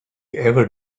ever